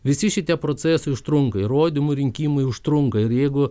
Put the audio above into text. visi šitie procesai užtrunka įrodymų rinkimui užtrunka ir jeigu